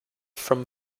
from